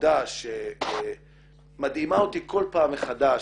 העובדה שמדהימה אותי כל פעם מחדש,